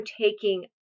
taking